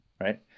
right